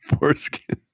Foreskin